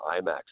IMAX